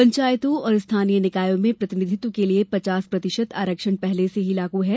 पंचायतों और स्थानीय निकायों में प्रतिनिधित्व के लिए पचास प्रतिशत आरक्षण पहले से ही लागू है